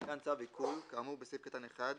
ניתן צו עיקול, כאמור בסעיף קטן (1),